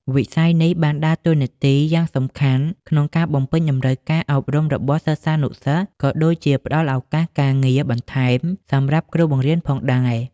វិស័យនេះបានដើរតួនាទីយ៉ាងសំខាន់ក្នុងការបំពេញតម្រូវការអប់រំរបស់សិស្សានុសិស្ស ក៏ដូចជាផ្តល់ឱកាសការងារបន្ថែមសម្រាប់គ្រូបង្រៀនផងដែរ។